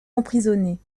emprisonnée